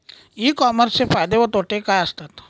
E कॉमर्सचे फायदे व तोटे काय असतात?